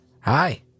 Hi